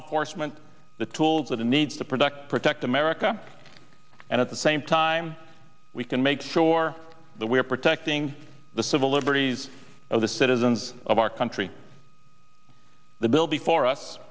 enforcement the tools that it needs to protect protect america and at the same time we can make sure that we're protecting the civil liberties of the citizens of our country the bill before us